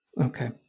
Okay